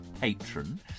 patron